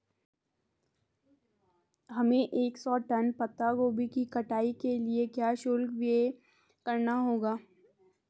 हमें एक सौ टन पत्ता गोभी की कटाई के लिए क्या शुल्क व्यय करना होगा?